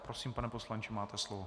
Prosím, pane poslanče, máte slovo.